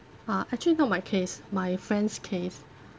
uh actually not my case my friend's case